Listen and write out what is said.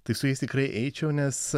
tai su jais tikrai eičiau nes